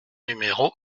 numéro